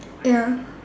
ya